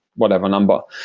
whatever number.